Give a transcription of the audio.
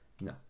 No